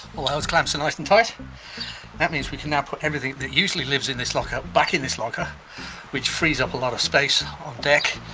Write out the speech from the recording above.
all the hose clamps are nice and tight that means we can now put everything that usually lives in this locker back in this locker which frees up a lot of space on deck,